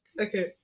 okay